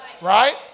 right